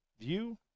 View